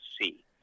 see